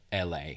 LA